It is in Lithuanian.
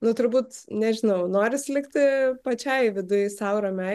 nu turbūt nežinau noris likti pačiai viduj sau ramiai